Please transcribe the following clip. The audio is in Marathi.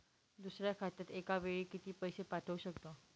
दुसऱ्या खात्यात एका वेळी किती पैसे पाठवू शकतो?